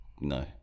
No